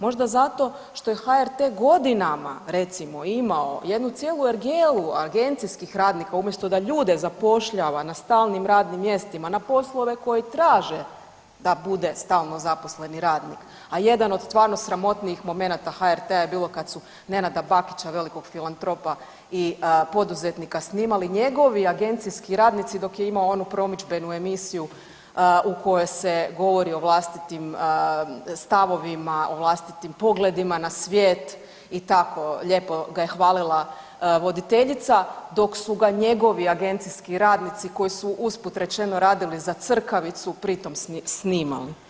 Možda zato što je HRT godinama recimo imao jednu cijelu ergelu agencijskih radnika umjesto da ljude zapošljava na stalnim radnim mjestima na poslove koji traže da bude stalno zaposleni radnik, a jedan od stvarno sramotnijih momenata HRT-a je bilo kad su Nenada Bakića velikog filantropa i poduzetnika snimali njegovi agencijski radnici dok je imamo onu promidžbenu emisiju u kojoj se govori o vlastitim stavovima, o vlastitim pogledima na svijet i tako lijepo ga je hvalila voditeljica dok su ga njegovi agencijski radnici koji su usput rečeno radili za crkavicu pri tom snimali.